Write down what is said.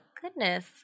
Goodness